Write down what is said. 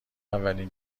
اولین